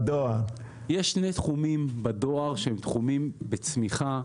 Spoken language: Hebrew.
יש שני תחומים בדואר שהם תחומים בצמיחה,